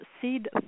seed